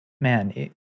man